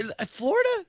Florida